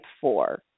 four